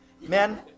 Men